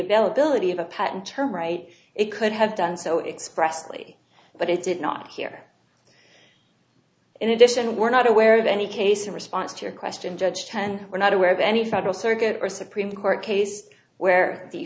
availability of a patent term right it could have done so expressively but it did not hear in addition we're not aware of any case in response to your question judge trend we're not aware of any federal circuit or supreme court case where the